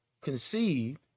conceived